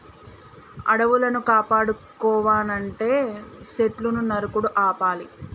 అడవులను కాపాడుకోవనంటే సెట్లును నరుకుడు ఆపాలి